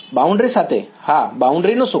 boundary સાથે હા boundary નું શું